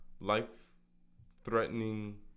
life-threatening